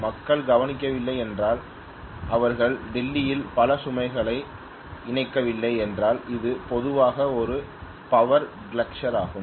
மக்கள் கவனிக்கவில்லை என்றால் அவர்கள் டெல்லியில் பல சுமைகளை அணைக்கவில்லை என்றால் இது பொதுவாக ஒரு பவர் கஸ்லர் ஆகும்